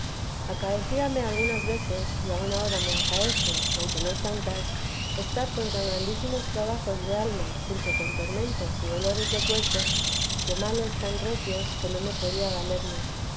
acaecíame algunas veces y aun ahora me acaece aunque no tantas estar con tan grandísimos trabajos de alma juntos con tormentos y dolores de cuerpo de males tan recios que no me podía valer